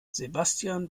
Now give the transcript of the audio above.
sebastian